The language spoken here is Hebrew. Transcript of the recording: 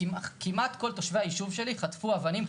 כמעט כל תושבי היישוב שלי חטפו אבנים,